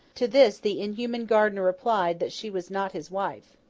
to this the inhuman gardiner replied, that she was not his wife.